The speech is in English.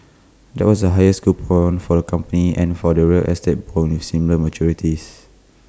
that was the highest coupon for the company and for the real estate bonds with similar maturities